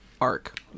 arc